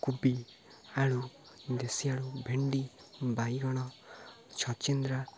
କୁବି ଆଳୁ ଦେଶିଆଳୁ ଭେଣ୍ଡି ବାଇଗଣ ଛଚିନ୍ଦ୍ରା